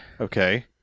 okay